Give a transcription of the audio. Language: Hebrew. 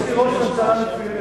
יש לי ראש ממשלה מצוינת.